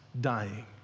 dying